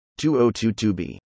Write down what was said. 2022b